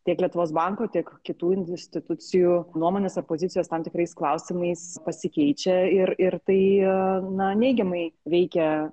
tiek lietuvos banko tiek kitų institucijų nuomonės ar pozicijos tam tikrais klausimais pasikeičia ir ir tai na neigiamai veikia